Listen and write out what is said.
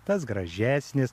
tas gražesnis